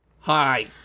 Hi